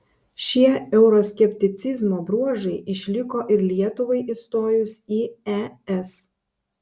šie euroskepticizmo bruožai išliko ir lietuvai įstojus į es